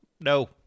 No